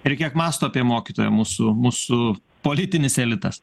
ir kiek mąsto apie mokytoją mūsų mūsų politinis elitas